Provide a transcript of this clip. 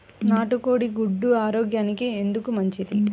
నాటు కోడి గుడ్లు ఆరోగ్యానికి ఎందుకు మంచిది?